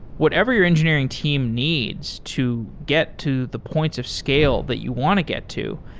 whatever your engineering team needs to get to the points of scale that you want to get to,